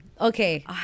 Okay